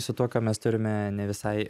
su tuo ką mes turime ne visai